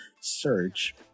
search